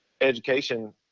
education